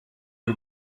uri